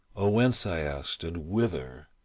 oh whence, i asked, and whither?